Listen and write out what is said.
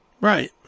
Right